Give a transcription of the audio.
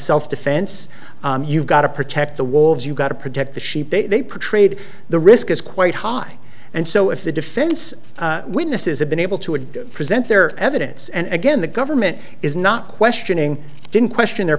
self defense you've got to protect the wolves you've got to protect the sheep they portrayed the risk is quite high and so if the defense witnesses have been able to admit present their evidence and again the government is not questioning didn't question their